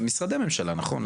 משרדי הממשלה, נכון?